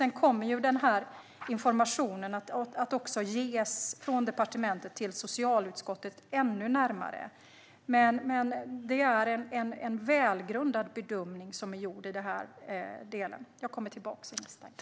Sedan kommer denna information också att ges från departementet till socialutskottet. Men det är en välgrundad bedömning som är gjord i denna del. Jag återkommer i nästa inlägg.